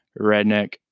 redneck